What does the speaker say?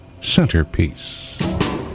centerpiece